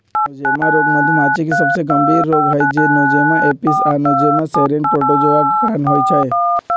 Nosema रोग मधुमाछी के सबसे गंभीर रोग हई जे नोज़ेमा एपिस आ नोज़ेमा सेरेने प्रोटोज़ोआ के कारण होइ छइ